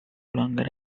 longer